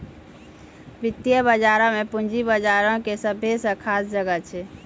वित्तीय बजारो मे पूंजी बजारो के सभ्भे से खास जगह छै